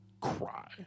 cry